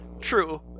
True